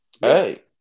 Hey